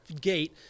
gate